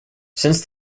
since